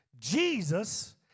Jesus